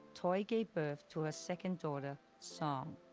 toy gave birth to a second daughter so